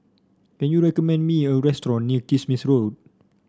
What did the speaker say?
can you recommend me a restaurant near Kismis Road